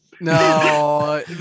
no